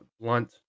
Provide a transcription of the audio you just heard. blunt